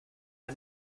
der